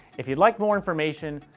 if you'll like more information,